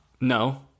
no